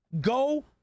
go